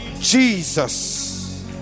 Jesus